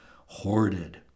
hoarded